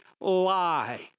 lie